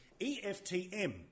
eftm